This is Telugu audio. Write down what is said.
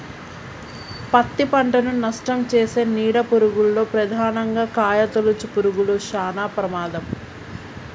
పత్తి పంటను నష్టంచేసే నీడ పురుగుల్లో ప్రధానంగా కాయతొలుచు పురుగులు శానా ప్రమాదం